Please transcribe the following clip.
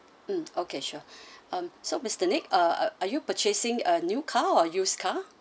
mm okay sure um so mister nick ah are you purchasing a new car or used car